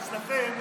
אצלכם,